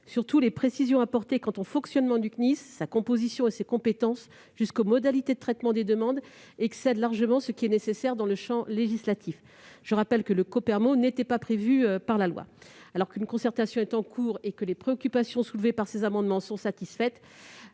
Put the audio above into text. outre, les précisions apportées quant au fonctionnement du CNIS, sa composition et ses compétences, jusqu'aux modalités de traitement des demandes, excèdent largement ce qu'il est nécessaire d'inscrire dans le champ législatif. Je rappelle que le Copermo n'était pas prévu par la loi. Alors qu'une concertation est en cours et que les préoccupations soulevées par ces amendements sont satisfaites,